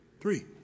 Three